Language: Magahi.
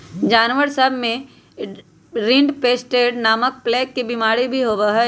जानवर सब में रिंडरपेस्ट नामक प्लेग के बिमारी भी होबा हई